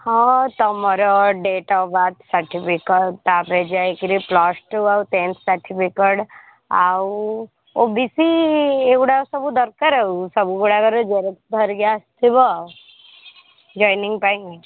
ହଁ ତୁମର date of birth certificate ତା'ପରେ ଯାଇକିରି ପ୍ଲସ୍ ଟୁ ଆଉ ଟେନ୍ଥ୍ ସାର୍ଟିପିକଟ୍ ଆଉ ଓ ବି ସି ଏଗୁଡ଼ାକ ସବୁ ଦରକାର ଆଉ ସବୁଗୁଡ଼ାକର ଜେରକ୍ସ୍ ଧରିକି ଆସିବ ଆଉ ଯଏନିଙ୍ଗ୍ ପାଇଁ